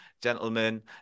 gentlemen